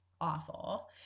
awful